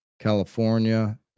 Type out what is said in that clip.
California